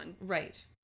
Right